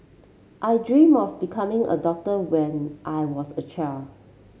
I dream of becoming a doctor when I was a child